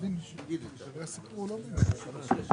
התקציב 23'